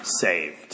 saved